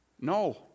No